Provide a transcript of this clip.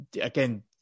again